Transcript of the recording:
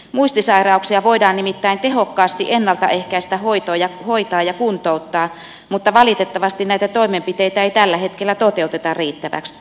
muistisairauksia voidaan nimittäin tehokkaasti ennalta ehkäistä hoitaa ja kuntouttaa mutta valitettavasti näitä toimenpiteitä ei tällä hetkellä toteuteta riittävästi